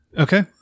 okay